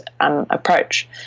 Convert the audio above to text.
approach